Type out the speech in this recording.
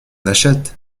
n’achète